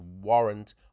warrant